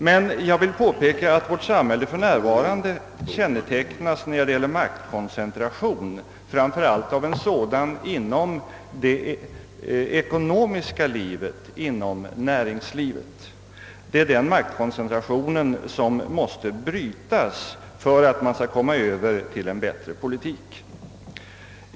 Men jag vill påpeka att vårt samhälle för närvarande när det gäller maktkoncentration kännetecknas framför allt av en sådan inom det ekonomiska livet, inom näringslivet. Det är den maktkoncentrationen som måste brytas för att man skall kunna komma Över till en bättre politik.